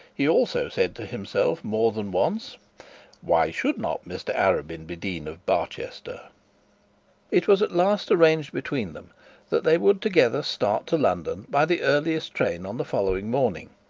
he also said to himself more than once why should not mr arabin be dean of barchester it was at last arranged between them that they would together start to london by the earliest train on the following morning,